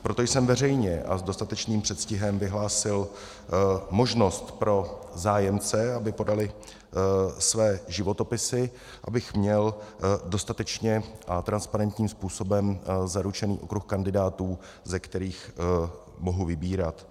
Proto jsem veřejně a s dostatečným předstihem vyhlásil možnost pro zájemce, aby podali své životopisy, abych měl dostatečně a transparentním způsobem zaručený okruh kandidátů, ze kterých mohu vybírat.